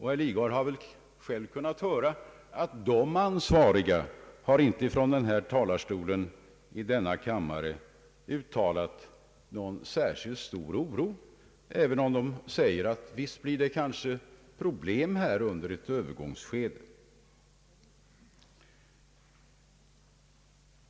Herr Lidgard har själv kunnat höra att dessa ansvariga inte från talarstolen i denna kammare uttryckt någon särskilt stor oro, även om de säger att det kanske blir problem under ett övergångsskede.